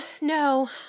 No